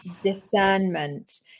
discernment